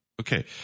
Okay